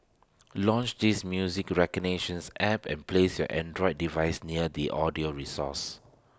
launch this music recognitions app and place your Android device near the audio resource